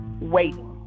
waiting